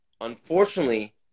unfortunately